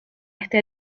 este